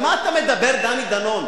על מה אתה מדבר, דני דנון?